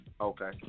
Okay